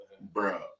Bro